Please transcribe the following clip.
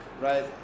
right